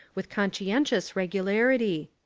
with conscientious regularity?